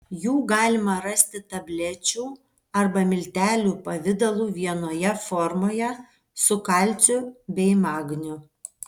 jų galima rasti tablečių arba miltelių pavidalu vienoje formoje su kalciu bei magniu